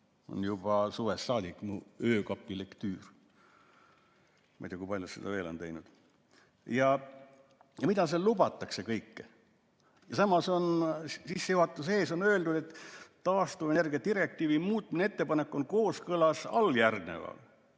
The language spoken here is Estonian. on juba suvest saadik mu öökapilektüür. Ma ei tea, kui paljud seda veel on teinud. Ja mida seal lubatakse kõike! Samas on sissejuhatuses ees öeldud, et taastuvenergia direktiivi muutmise ettepanek on kooskõlas alljärgnevaga.